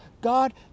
god